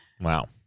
Wow